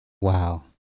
Wow